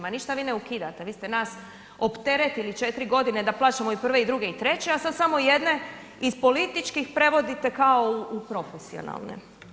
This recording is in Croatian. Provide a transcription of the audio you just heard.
Ma ništa vi ne ukidate, vi ste nas opteretili 4 godine da plaćamo i prve i druge i treće, a sad samo jedne iz političkih prevodite kao u profesionalne.